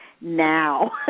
now